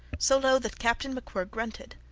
so low that captain macwhirr grunted.